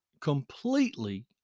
completely